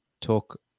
talk